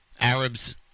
Arabs